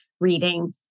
reading